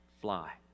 fly